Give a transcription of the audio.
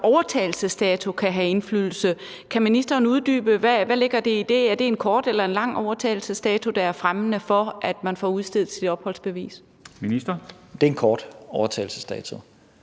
om overtagelsesdatoen kan have indflydelse. Kan ministeren uddybe, hvad der ligger i det? Er det en kort eller en lang overtagelsesdato, der er fremmende for, at man får udstedt sit opholdsbevis? Kl. 14:02 Formanden